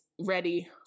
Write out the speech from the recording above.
ready